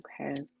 okay